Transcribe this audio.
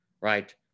right